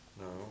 No